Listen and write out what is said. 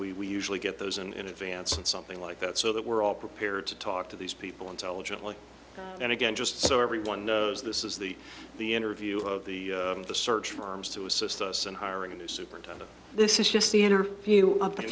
and we usually get those in advance and something like that so that we're all prepared to talk to these people intelligently and again just so everyone knows this is the the interview of the the search firms to assist us in hiring a new superintendent this is just the enter view of the